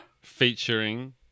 Featuring